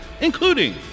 including